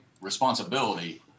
responsibility